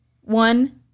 one